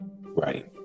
Right